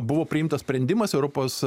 buvo priimtas sprendimas europos